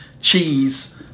cheese